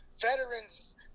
veterans